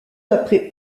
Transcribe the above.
après